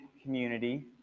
community